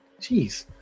Jeez